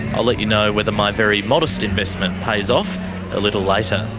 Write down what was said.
i'll let you know whether my very modest investment pays off a little later.